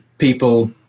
people